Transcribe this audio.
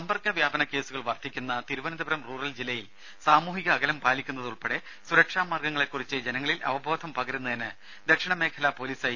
സമ്പർക്കവ്യാപന കേസുകൾ വർദ്ധിക്കുന്ന തിരുവനന്തപുരം റൂറൽ ജില്ലയിൽ സാമൂഹിക അകലം പാലിക്കുന്നത് ഉൾപ്പെടെ സുരക്ഷാ മാർഗങ്ങളെക്കുറിച്ച് ജനങ്ങളിൽ അവബോധം പകരുന്നതിന് ദക്ഷിണമേഖല പൊലീസ് ഐ